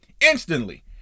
instantly